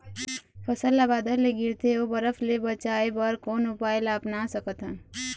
फसल ला बादर ले गिरथे ओ बरफ ले बचाए बर कोन उपाय ला अपना सकथन?